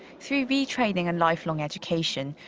through retraining and lifelong education,